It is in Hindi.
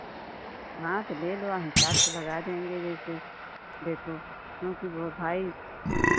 हाँ तो ले लो हिसाब से लगा देंगे जैसे देखो क्योंकि बहुत भाई